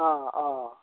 অঁ অঁ